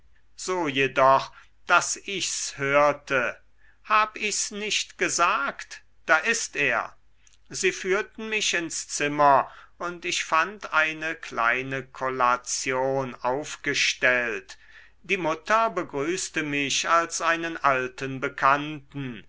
so jedoch daß ich's hörte hab ich's nicht gesagt da ist er sie führten mich ins zimmer und ich fand eine kleine kollation aufgestellt die mutter begrüßte mich als einen alten bekannten